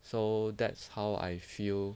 so that's how I feel